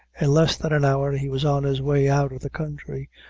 in less than an hour he was on his way out of the country,